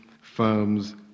firms